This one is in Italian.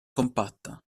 compatta